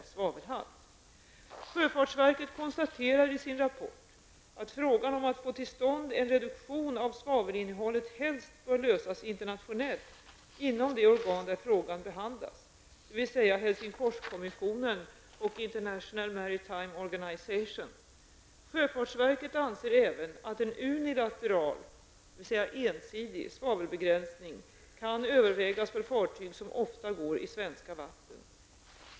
Sjöfartsverket konstaterar i sin rapport att frågan om att få till stånd en reduktion av svavelinnehållet helst bör lösas internationellt inom de organ där frågan behandlas, dvs. HELCOM Sjöfartsverket anser även att en unilateral, dvs. ensidig, svavelbegränsning kan övervägas för fartyg som ofta går i svenska vatten.